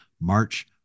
March